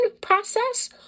process